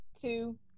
two